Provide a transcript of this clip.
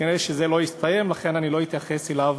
כנראה זה לא יסתיים, לכן אני לא אתייחס אליו